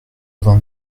vingt